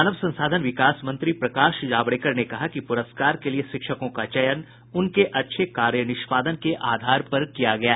मानव संसाधन विकास मंत्री प्रकाश जावड़ेकर ने कहा कि पुरस्कार के लिए शिक्षकों का चयन उनके अच्छे कार्य निष्पादन के आधार पर किया गया है